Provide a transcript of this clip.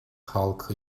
halkı